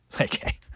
Okay